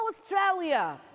Australia